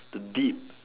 the dip